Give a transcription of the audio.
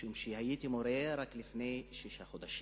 משום שהייתי מורה רק לפני שישה חודשים.